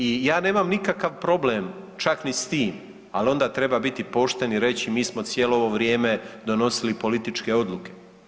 I ja nemam nikakav problem čak ni s tim, ali onda treba biti pošten i reći mi smo cijelo ovo vrijeme donosili političke odluke.